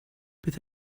beth